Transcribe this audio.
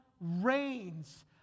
reigns